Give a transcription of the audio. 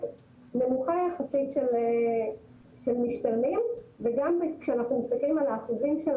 נמוכה יחסית של משתלמים וגם כשאנחנו מסתכלים על האחוזים של